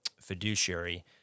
fiduciary